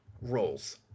roles